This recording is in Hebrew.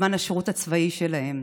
בזמן השירות הצבאי שלהם.